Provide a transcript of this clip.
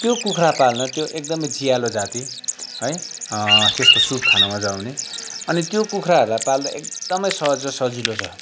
त्यो कुखुरा पाल्दा त्यो एकदम ज्यालो जाति है त्यसको सुप खान मजा आउने अनि त्यो कुखुराहरलाई पाल्दा एकदमै सहजै सजिलो छ